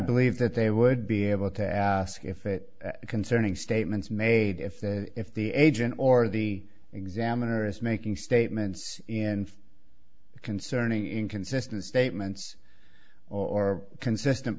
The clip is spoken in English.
believe that they would be able to ask if it concerning statements made if they if the agent or the examiner is making statements and concerning inconsistent statements or consistent